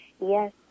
Yes